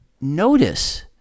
notice